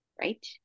Right